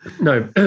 no